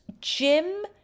Jim